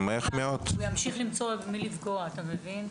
אולי כאן הוא ימשיך למצוא במי לפגוע, אתה מבין?